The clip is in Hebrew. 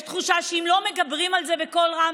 יש תחושה שאם לא מדברים על זה בקול רם,